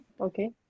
okay